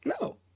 No